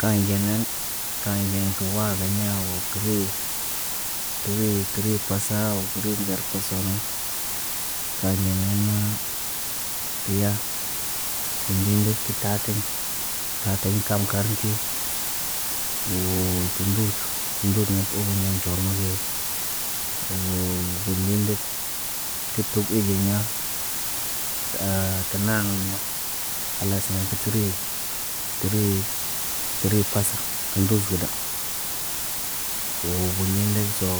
Kanɟe nan kanɟe kə wo geɲa wo kəre. Kəre kəre pasa wo kəre ŋgar koosa nan. Kanɟe nee naa, ya kundi ndet tə taatiɲ taa tiɲ kam karin ti. Woo tu ndut tu ndut na tə oriɲa nɟorŋgo ge. Woo gurle ndek kə tuk iɟiɲa tə naŋgiɲa khalas nan kə təri. Təri, təri pasa kə nduz gəda. Woo bun nee ndekso,